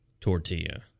tortilla